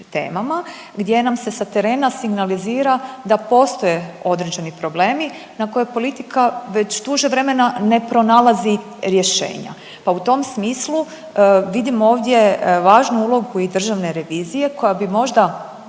gdje nam se sa terena signalizira da postoje određeni problemi na koje politika već duže vremena ne pronalazi rješenja pa u tom smislu vidim ovdje važnu ulogu i Državne revizije koja bi možda